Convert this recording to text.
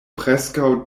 preskaŭ